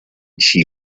she